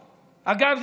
אגב,